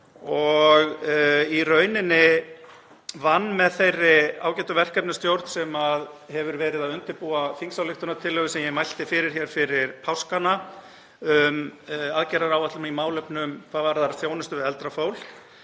í rauninni með þeirri ágætu verkefnisstjórn sem hefur verið að undirbúa þingsályktunartillögu sem ég mælti fyrir hér fyrir páska um aðgerðaáætlun í málefnum hvað varðar þjónustu við eldra fólk.